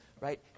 right